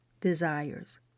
desires